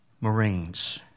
Marines